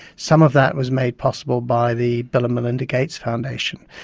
some of that was made possible by the bill and melinda gates foundation.